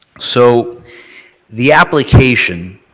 so the application,